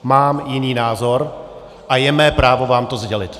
Mám jiný názor a je mé právo vám to sdělit.